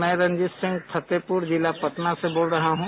मैं रंजीत सिंह फतेहपुर जिला पटना से बोल रहा हूं